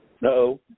No